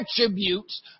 attributes